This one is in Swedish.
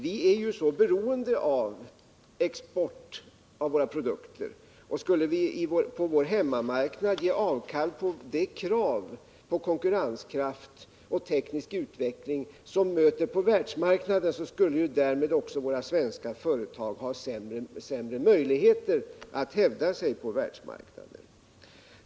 Vi är ju så beroende av export av våra produkter, och skulle vi på vår hemmamarknad ge avkall på de krav på konkurrenskraft och teknisk utveckling som möter på världsmarknaden skulle därmed också svenska företag ha sämre möjligheter att hävda sig på världsmarknaden.